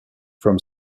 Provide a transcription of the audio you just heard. from